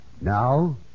Now